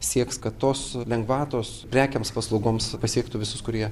sieks kad tos lengvatos prekėms paslaugoms pasiektų visus kurie